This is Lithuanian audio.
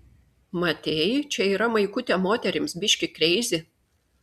matei čia yra maikutė moterims biški kreizi